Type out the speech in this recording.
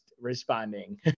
responding